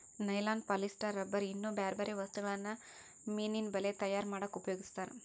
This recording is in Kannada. ನೈಲಾನ್ ಪಾಲಿಸ್ಟರ್ ರಬ್ಬರ್ ಇನ್ನೂ ಬ್ಯಾರ್ಬ್ಯಾರೇ ವಸ್ತುಗಳನ್ನ ಮೇನಿನ ಬಲೇ ತಯಾರ್ ಮಾಡಕ್ ಉಪಯೋಗಸ್ತಾರ